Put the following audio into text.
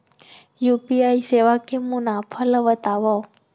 UPI सेवा के मुनाफा ल बतावव?